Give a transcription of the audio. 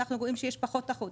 ואנחנו רואים שיש פחות תחרות,